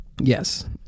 yes